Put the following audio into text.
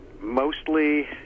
Mostly